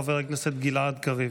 חבר הכנסת גלעד קריב,